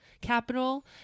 capital